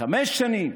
חמש שנים,